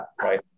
right